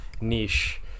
niche